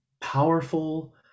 powerful